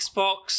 Xbox